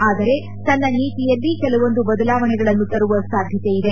ಆದರೆ ತನ್ನ ನೀತಿಯಲ್ಲಿ ಕೆಲವೊಂದು ಬದಲಾವಣೆಗಳನ್ನು ತರುವ ಸಾಧ್ಯತೆ ಇದೆ